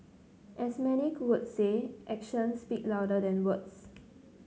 as many would say actions speak louder than words